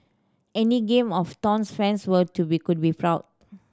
any Game of Thrones fans were to be could be proud